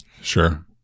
Sure